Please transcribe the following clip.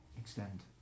extend